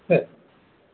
சரி